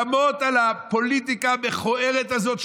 קמות על הפוליטיקה המכוערת הזאת.